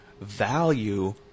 value